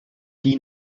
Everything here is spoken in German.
die